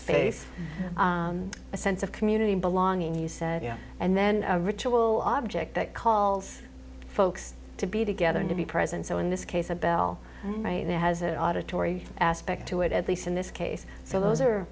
space a sense of community belonging you said you know and then ritual object that calls folks to be together and to be present so in this case a bell right now has an auditory aspect to it at least in this case so those are